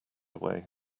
away